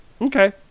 Okay